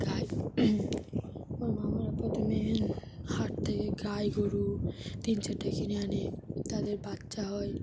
গাই ও মামারা প্রথমে হাট থেকে গাই গরু তিন চারটে কিনে আনে তাদের বাচ্চা হয়